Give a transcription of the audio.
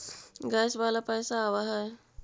Gas वाला पैसा आव है?